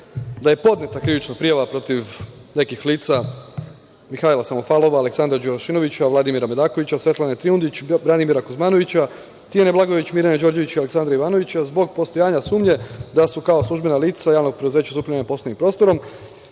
da je podneta krivična prijava protiv nekih lica, Mihajla Samofalova, Aleksandra Đurašinovića, Vladimira Medakovića, Svetlane Trivundić, Branimira Kuzmanovića, Tijane Blagojević, Mirjane Đorđević i Aleksandra Ivanovića, zbog postojanja sumnje da su kao službena lica Javnog preduzeća za upravljanje poslovnim prostorom